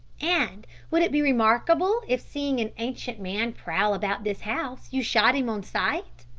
and would it be remarkable if seeing an ancient man prowl about this house you shot him on sight?